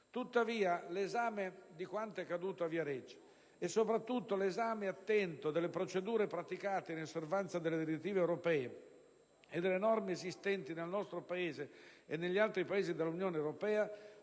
Tuttavia, l'esame di quanto accaduto a Viareggio e soprattutto delle procedure praticate in osservanza delle direttive europee e delle norme esistenti nel nostro Paese e negli altri Paesi dell'Unione europea